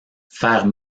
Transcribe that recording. faire